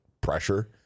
pressure